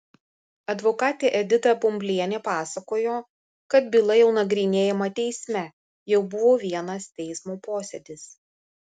advokatė edita bumblienė pasakojo kad byla jau nagrinėjama teisme jau buvo vienas teismo posėdis